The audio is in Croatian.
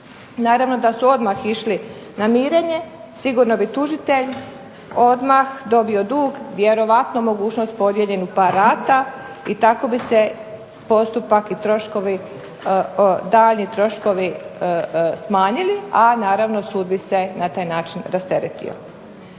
Naravno da su odmah išli na mirenje sigurno bi tužitelj odmah dobio dug vjerojatno mogućnost podijeljen u par rata i tako bi se postupak i troškovi, daljnji troškovi smanjili, a naravno sud bi se na taj način rasteretio.